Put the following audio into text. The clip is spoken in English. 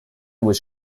was